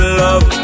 love